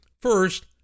First